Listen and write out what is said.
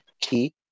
key